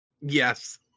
Yes